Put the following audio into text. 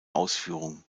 ausführung